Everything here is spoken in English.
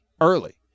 early